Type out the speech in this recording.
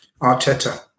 Arteta